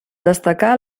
destacar